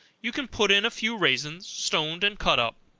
you can put in a few raisins, stoned and cut up.